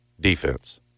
defense